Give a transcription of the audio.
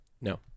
No